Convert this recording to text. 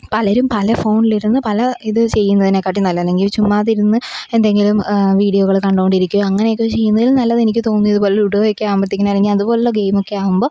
പലരും പല ഫോണിലിരുന്ന് പല ഇത് ചെയ്യുന്നതിനെക്കാട്ടിലും നല്ലത് അല്ലെങ്കില് ചുമ്മാതിരുന്ന് എന്തെങ്കിലും വീഡിയോകൾ കണ്ടു കൊണ്ടിരിക്കുകയോ അങ്ങനെയെക്കെയോ ചെയ്യുന്നതിലും നല്ലത് എനിക്ക് തോന്നുന്നു ഇതുപോലെ ലുഡോയൊക്കെ ആകുമ്പോഴത്തേക്കിനും അല്ലെങ്കിലതു പോലെയുള്ള ഗെയിമൊക്കെ ആകുമ്പോൾ